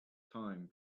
time